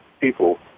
people